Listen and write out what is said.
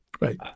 Right